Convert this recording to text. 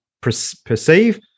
perceive